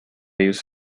ellos